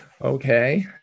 okay